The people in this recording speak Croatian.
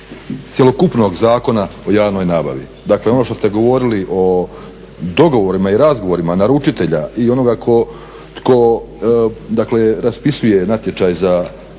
cjelokupnog Zakona o javnoj nabavi. Dakle, ono što ste govorili o dogovorima i razgovorima naručitelja i onoga tko, dakle raspisuje natječaj za